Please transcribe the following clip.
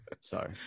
sorry